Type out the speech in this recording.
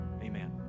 amen